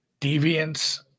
Deviance